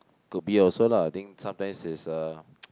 could be also lah I think sometimes is uh